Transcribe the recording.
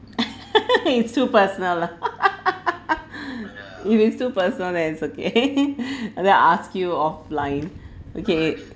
it's too personal lah if it's too personal then it's okay and then I ask you offline okay